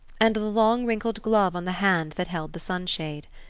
and the long wrinkled glove on the hand that held the sunshade.